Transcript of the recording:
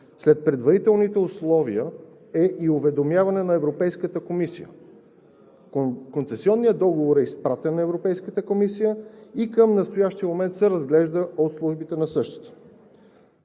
Сред предварителните условия е и уведомяване на Европейската комисия. Концесионният договор е изпратен на Европейската комисия и към настоящия момент се разглежда от службите на същата.